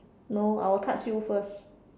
no I will touch you first